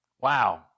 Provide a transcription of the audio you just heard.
Wow